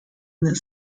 this